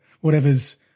whatever's